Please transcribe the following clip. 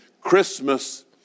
Christmas